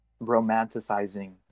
romanticizing